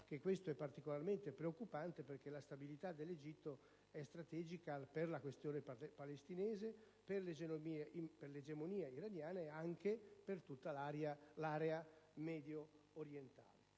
questo è particolarmente preoccupante, perché la stabilità dell'Egitto è strategica per la questione palestinese, per l'egemonia iraniana e anche per tutta l'area mediorientale.